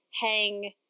hang